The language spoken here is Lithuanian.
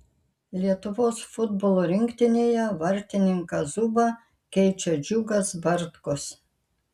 lietuvos futbolo rinktinėje vartininką zubą keičia džiugas bartkus